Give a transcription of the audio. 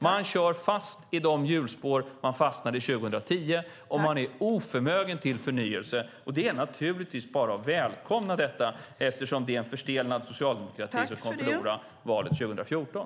Man kör fast i de hjulspår som man fastnade i 2010, och man är oförmögen till förnyelse. Det är bara att välkomna detta. Det är en förstelnad socialdemokrati som kommer att förlora valet 2014.